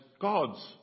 God's